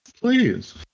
Please